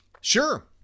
Sure